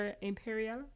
Imperial